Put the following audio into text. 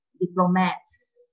diplomats